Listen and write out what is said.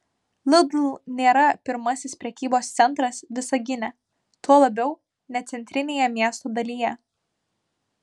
lidl nėra pirmasis prekybos centras visagine tuo labiau ne centrinėje miesto dalyje